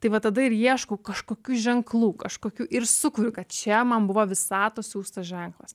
tai va tada ir ieškau kažkokių ženklų kažkokių ir sukuriu kad čia man buvo visatos siųstas ženklas